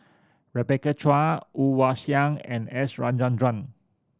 Rebecca Chua Woon Wah Siang and S Rajendran